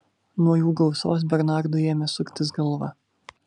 nuo jų gausos bernardui ėmė suktis galva